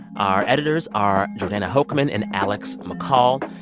our editors are jordana hochman and alex mccall.